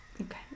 okay